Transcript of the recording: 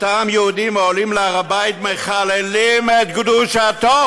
אותם יהודים העולים להר הבית מחללים את קדושתו.